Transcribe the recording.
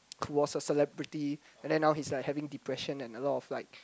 who was celebrity and then now he is like having depression and a lot of like